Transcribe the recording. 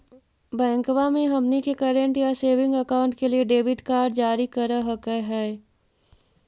बैंकवा मे हमनी के करेंट या सेविंग अकाउंट के लिए डेबिट कार्ड जारी कर हकै है?